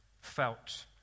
felt